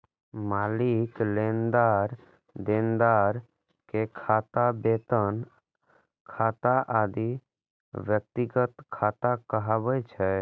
मालिक, लेनदार, देनदार के खाता, वेतन खाता आदि व्यक्तिगत खाता कहाबै छै